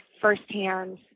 firsthand